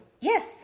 Yes